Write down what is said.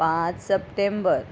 पांच सप्टेंबर